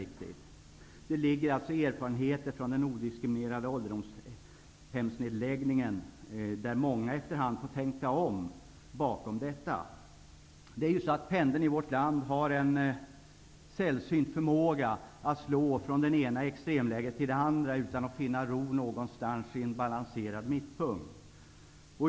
Bakom detta ligger erfarenheter från den omdiskuterade ålderdomshemsnedläggningen. Där har många efter hand fått tänka om. Pendeln i vårt land har en sällsynt förmåga att slå från det ena extremläget till det andra utan att finna ro någonstans i en balanserad mittpunkt.